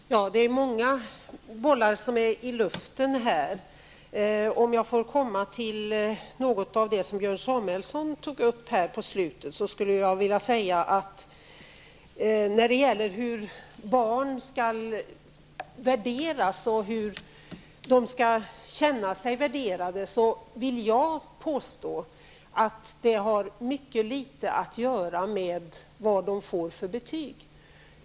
Herr talman! Det är många bollar i luften. Om jag får kommentera det som Björn Samuelson tog upp på slutet, nämligen hur barn skall värderas och hur de skall känna sig värderade, vill jag påstå att det har mycket litet att göra med vad de får för betyg.